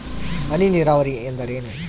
ಹನಿ ನೇರಾವರಿ ಎಂದರೇನು?